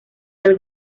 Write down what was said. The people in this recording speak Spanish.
del